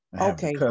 Okay